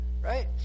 right